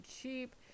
cheap